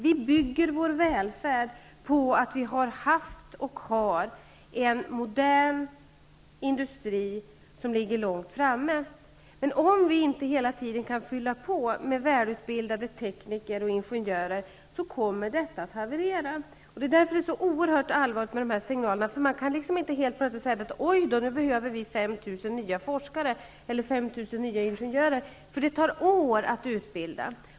Vi bygger vår välfärd på att vi har haft och har en modern industri som ligger långt framme, men om vi inte hela tiden kan fylla på med välutbildade tekniker och ingenjörer kommer detta att haverera. Det är därför som dessa signaler är så oerhört allvarliga. Man kan inte helt plötsligt säga att det behövs 5 000 nya forskare eller 5 000 nya ingenjörer, därför att det tar år att utbilda dem.